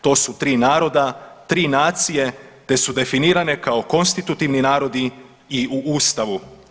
To su tri naroda, tri nacije te su definirane kao konstitutivni narodi i u Ustavu.